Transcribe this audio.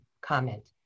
comment